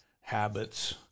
habits